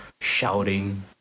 shouting